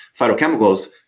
phytochemicals